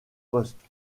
poste